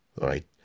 Right